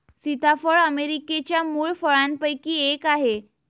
सीताफळ अमेरिकेच्या मूळ फळांपैकी एक आहे